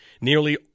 Nearly